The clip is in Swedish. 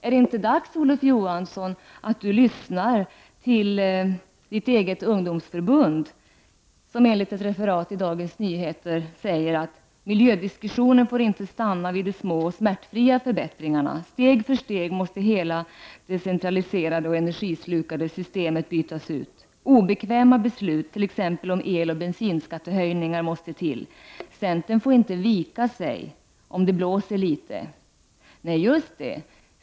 Är det inte dags, Olof Johansson, att du lyssnar till ditt eget ungdomsförbund, som enligt ett referat i Dagens Nyheter säger att miljödiskussionen inte får stanna vid de små och smärtfria förbättringarna. Steg för steg måste hela det centraliserade och energislukande systemet bytas ut. Obekväma beslut t.ex. om eloch bensinskattehöjningar måste till. Centern får inte vika sig om det blåser litet. Nej, just det.